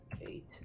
eight